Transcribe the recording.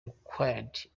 required